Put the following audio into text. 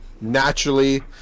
naturally